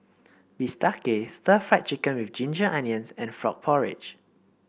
Bistake Stir Fry Chicken with Ginger Onions and Frog Porridge